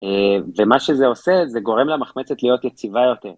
ומה שזה עושה זה גורם למחמצת להיות יציבה יותר.